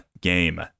game